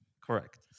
Correct